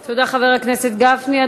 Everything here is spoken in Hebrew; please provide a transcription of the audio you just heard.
תודה, חבר הכנסת גפני.